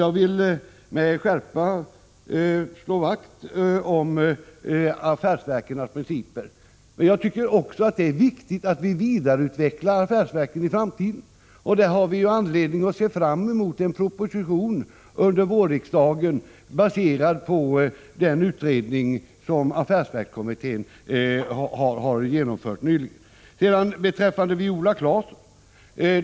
Jag vill med skärpa framhålla att jag slår vakt om principerna när det gäller affärsverken. Det är också viktigt att vidareutveckla affärsverken i framtiden. Under vårriksdagen väntas en proposition baserad på den utredning som affärsverkskommittén nyligen har genomfört.